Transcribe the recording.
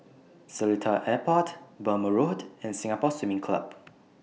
Seletar Airport Burmah Road and Singapore Swimming Club